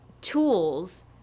tools